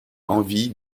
envie